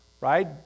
right